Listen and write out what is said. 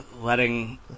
letting